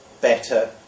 better